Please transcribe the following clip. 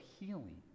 healing